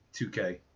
2K